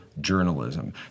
journalism